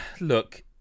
look